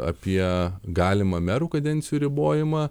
apie galimą merų kadencijų ribojimą